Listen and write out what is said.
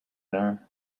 are